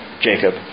Jacob